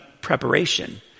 preparation